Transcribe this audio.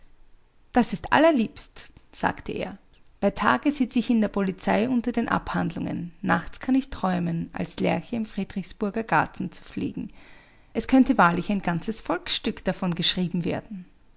das ist allerliebst sagte er bei tage sitze ich in der polizei unter den abhandlungen nachts kann ich träumen als lerche im friedrichsburger garten zu fliegen es könnte wahrlich ein ganzes volksstück davon geschrieben werden